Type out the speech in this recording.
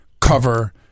Cover